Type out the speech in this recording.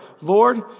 Lord